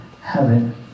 heaven